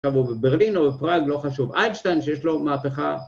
כמובן, ברלינו, פראג, לא חשוב. איינשטיין שיש לו מהפכה.